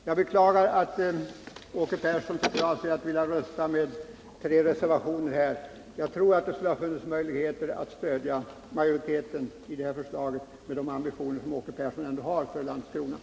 Jag beklagar att Åke Persson förklarat sig ämna rösta för tre av reservationerna. Jag tror att det för Åke Persson med de ambitioner han har för Landskrona skulle ha funnits möjligheter att följa majoritetens förslag.